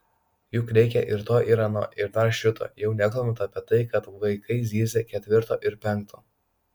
juk reikia ir to ir ano ir dar šito jau nekalbant apie tai kad vaikai zyzia ketvirto ir penkto